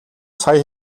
сая